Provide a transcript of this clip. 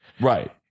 Right